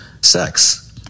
sex